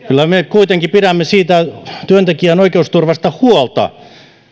kyllä me kuitenkin pidämme työntekijän oikeusturvasta huolta